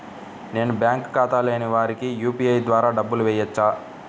నేను బ్యాంక్ ఖాతా లేని వారికి యూ.పీ.ఐ ద్వారా డబ్బులు వేయచ్చా?